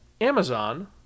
Amazon